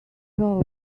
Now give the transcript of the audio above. all